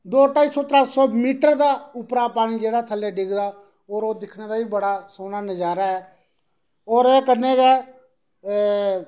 दो ढाई सौ त्रै सौ मीटर दा उप्परा पानी जेहडा थल्लै डि'गदा और ओह् दिक्खने दा बी बड़ा सोह्ना नजारा ऐ और ओहदे कन्नै गै एह्